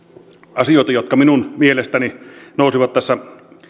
asioita jotka minun mielestäni nousivat tässä